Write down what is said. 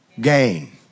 gain